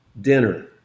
dinner